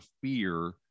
fear